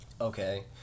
okay